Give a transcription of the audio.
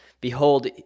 Behold